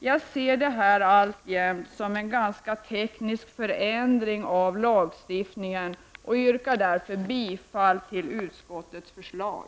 Jag ser detta alltjämt som en teknisk förändring av lagstiftningen och yrkar bifall till utskottets hemställan.